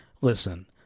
Listen